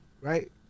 Right